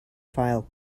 file